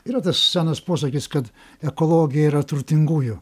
yra tas senas posakis kad ekologija yra turtingųjų